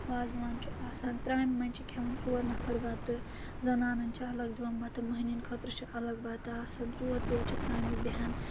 وازوان چھُ آسان ترٛامہِ منٛز چھِ کھؠوان ژور نَفَر بَتہٕ زَنانَن چھِ الگ دِوان بَتہٕ مٔہنیَن خٲطرٕ چھِ الگ بَتہٕ آسَان ژور ژور چھِ ترٛامہِ بیٚہن